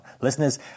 Listeners